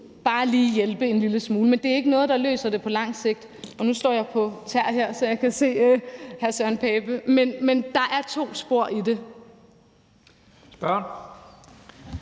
nubare kan hjælpe en lille smule, men det er ikke noget, der løser det på lang sigt. Og nu står jeg på tæer, så jeg kan se hr. Søren Pape Poulsen. Men der er to spor i det. Kl.